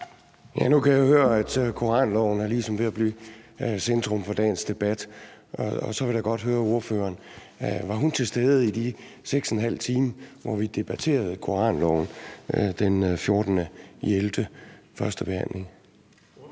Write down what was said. (V): Nu kan jeg høre, at koranloven ligesom er ved at blive centrum for dagens debat. Og så vil jeg godt høre ordføreren: Var hun til stede i de 6½ time, hvor vi debatterede koranloven den 14. november ved førstebehandlingen?